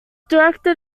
directed